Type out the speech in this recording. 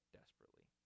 desperately